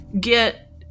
get